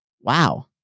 Wow